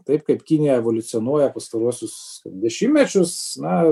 taip kaip kinija evoliucionuoja pastaruosius dešimtmečius na